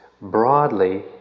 broadly